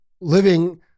living